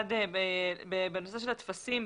בנושא של הטפסים.